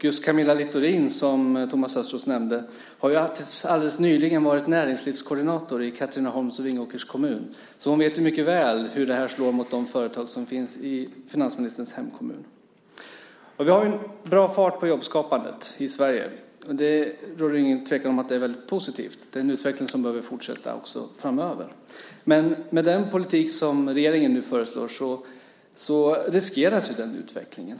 Just Camilla Littorin som Thomas Östros nämnde, har till alldeles nyligen varit näringslivskoordinator i Katrineholms och Vingåkers kommun. Hon vet mycket väl hur det här slår mot de företag som finns i finansministerns hemkommun. Vi har bra fart på jobbskapandet i Sverige. Det råder ingen tvekan om att det är väldigt positivt. Det är en utveckling som behöver fortsätta framöver. Med den politik som regeringen nu föreslår riskeras den utvecklingen.